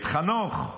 חנוך,